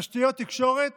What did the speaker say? תשתיות תקשורת